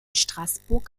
straßburg